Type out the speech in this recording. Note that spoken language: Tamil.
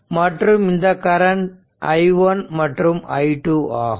மற்றும் இந்த கரண்ட் i1 மற்றும் i2 ஆகும்